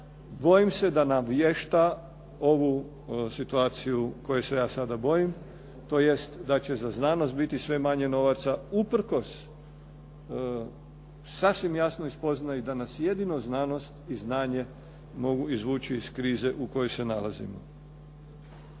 bojim se da navještava ovu situaciju koje se ja sada bojim. Tj. da će za znanost biti sve manje novaca usprkos sasvim jasnoj spoznaji da nas jedino znanost i znanje mogu izvući iz krize u kojoj se nalazimo.